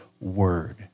word